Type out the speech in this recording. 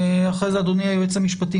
אחרי כן אדוני היועץ המשפטי,